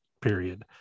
period